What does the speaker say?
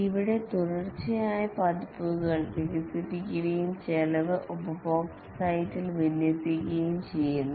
ഇവിടെ തുടർച്ചയായ പതിപ്പുകൾ വികസിപ്പിക്കുകയും ചെലവ് ഉപഭോക്തൃ സൈറ്റിൽ വിന്യസിക്കുകയും ചെയ്യുന്നു